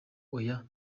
oya